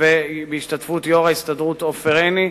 ובהשתתפות יושב-ראש ההסתדרות עופר עיני,